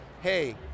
hey